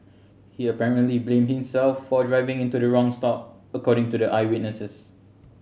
he apparently blamed himself for driving into the wrong stop according to the eyewitness